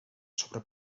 sobre